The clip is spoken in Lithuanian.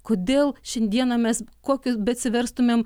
kodėl šiandieną mes kokius beatsiverstumėm